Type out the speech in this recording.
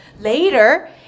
Later